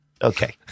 Okay